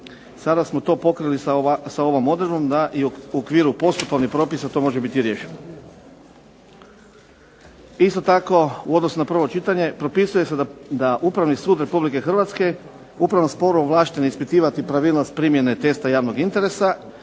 Sada smo to pokrili ovom odredbom da i u okviru postupovnih propisa može biti riješeno. Isto tako u odnosu na prvo čitanje propisuje se da Upravni sud RH u upravnom sporu ovlašten je ispitivati pravilnost primjene testa javnog interesa